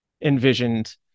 envisioned